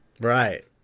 Right